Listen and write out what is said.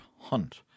Hunt